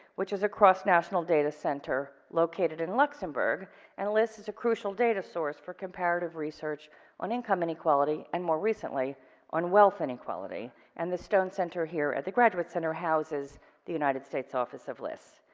which a cross national data center located in luxembourg and lists as a crucial data source for comparative research on income and equality, and more recently on wealth and equality. and the stone center here at the graduates center houses the united states office of list.